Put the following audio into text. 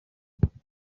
divayi